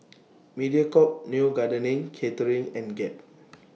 Mediacorp Neo Garden Catering and Gap